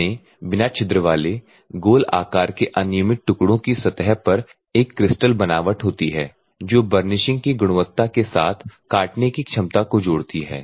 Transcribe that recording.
घने बिना छिद्र वाले गोल आकार के अनियमित टुकड़ों की सतह पर एक क्रिस्टल बनावट होती है जो बर्निशिंग की गुणवत्ता के साथ काटने की क्षमता को जोड़ती है